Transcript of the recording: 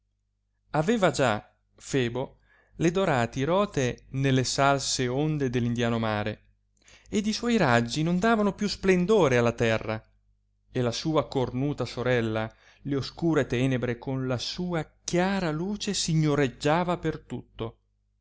aveva già febo le dorate rote nelle salse onde dell indiano mare ed e suoi raggi non davano più splendore alla terra e la sua cornuta sorella le oscure tenebre con la sua chiara luce signoreggiava per tutto